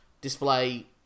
display